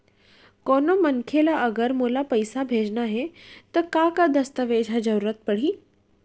कोनो मनखे ला अगर मोला पइसा भेजना हे ता का का दस्तावेज के जरूरत परही??